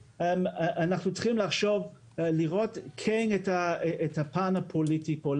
אנחנו צריכים לחשוב ולראות כן את הפן הפוליטי פה.